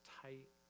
tight